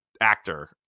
Actor